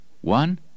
One